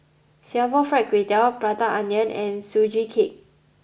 Singapore Fried Kway Tiao Prata Onion and Sugee Cake